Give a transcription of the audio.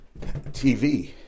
TV